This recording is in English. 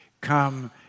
Come